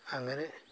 അങ്ങനെ